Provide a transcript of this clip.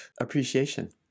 appreciation